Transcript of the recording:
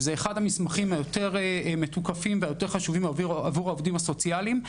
שזה אחד המסמכים היותר מתוקפים ויותר חשובים עבור העובדים הסוציאליים,